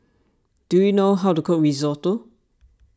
do you know how to cook Risotto